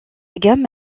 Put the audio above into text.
gamme